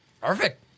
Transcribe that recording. perfect